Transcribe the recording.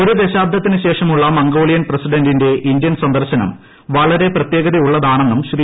ഒരു ദശാബ്ദത്തിന് ശേഷമുള്ള മംഗോളിയൻ പ്രസിഡന്റിന്റെ ഇന്ത്യൻ സന്ദർശനം വളരെ പ്രത്യേകതയുള്ളതാണെന്നും ശ്രീ